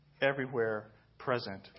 everywhere-present